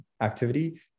activity